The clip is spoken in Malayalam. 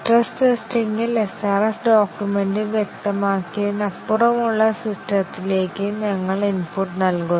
സ്ട്രെസ് ടെസ്റ്റിംഗിൽ SRS ഡോക്യുമെന്റിൽ വ്യക്തമാക്കിയതിന് അപ്പുറമുള്ള സിസ്റ്റത്തിലേക്ക് ഞങ്ങൾ ഇൻപുട്ട് നൽകുന്നു